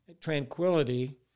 tranquility